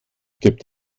gibt